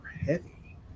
heavy